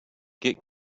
get